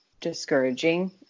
discouraging